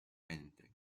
anything